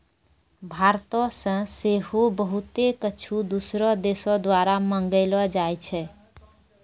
भारतो से सेहो बहुते कुछु दोसरो देशो द्वारा मंगैलो जाय छै